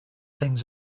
things